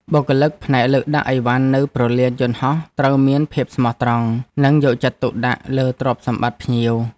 បុគ្គលិកផ្នែកលើកដាក់ឥវ៉ាន់នៅព្រលានយន្តហោះត្រូវមានភាពស្មោះត្រង់ និងយកចិត្តទុកដាក់លើទ្រព្យសម្បត្តិភ្ញៀវ។